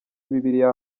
bibiliya